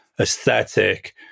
aesthetic